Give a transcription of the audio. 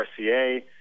RCA